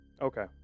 Okay